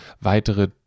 weitere